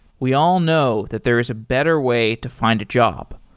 we all know that there is a better way to find a job.